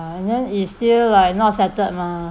and then is still like not settled mah